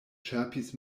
ĉerpis